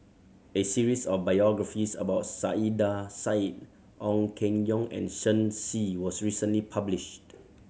a series of biographies about Saiedah Said Ong Keng Yong and Shen Xi was recently published